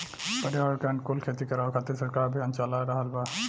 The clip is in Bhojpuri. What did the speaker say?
पर्यावरण के अनुकूल खेती करावे खातिर सरकार अभियान चाला रहल बा